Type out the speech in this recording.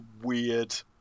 weird